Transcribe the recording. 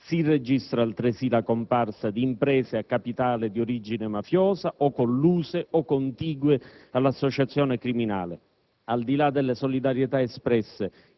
Si registra, altresì, la comparsa di imprese a capitale di origine mafiosa o colluse o contigue all'associazione criminale. Al di là delle solidarietà espresse,